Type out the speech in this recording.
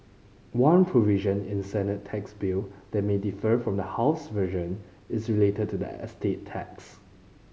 one provision in Senate tax bill that may differ from the house's version is related to the estate tax